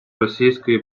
російської